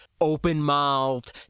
Open-mouthed